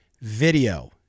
video